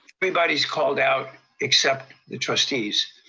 everybody's called out except the trustees,